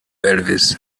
elvis